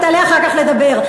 תעלה אחר כך לדבר.